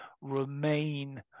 remain